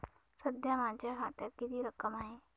सध्या माझ्या खात्यात किती रक्कम आहे?